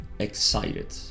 excited